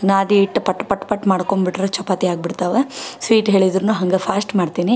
ನಾದಿ ಇಟ್ಟು ಪಟ್ ಪಟ್ ಪಟ್ ಮಾಡ್ಕೊಂಬಿಟ್ರೆ ಚಪಾತಿ ಆಗ್ಬಿಡ್ತಾವೆ ಸ್ವೀಟ್ ಹೇಳಿದರೂ ಹಾಗೆ ಫಾಸ್ಟ್ ಮಾಡ್ತೀನಿ